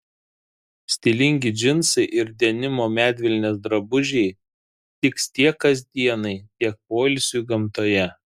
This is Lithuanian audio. stilingi džinsai ir denimo medvilnės drabužiai tiks tiek kasdienai tiek poilsiui gamtoje